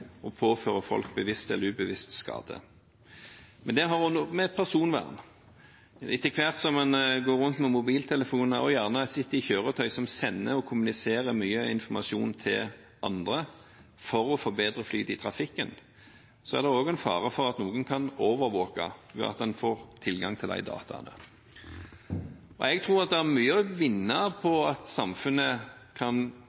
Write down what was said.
og påfører folk bevisst eller ubevisst skade. Det handler også om personvern. Etter hvert som en går rundt med mobiltelefoner og kanskje sitter i kjøretøy som sender og kommuniserer mye informasjon til andre for å få bedre flyt i trafikken, er det også fare for at noen kan overvåke ved at en får tilgang til de dataene. Jeg tror at det er mye å vinne